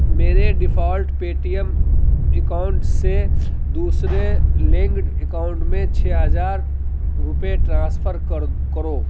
میرے default Paytm account سے دوسرے لنکڈ اکاؤنٹ میں چھ ہجار روپیے ٹرانسفر کرو کرو